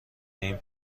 این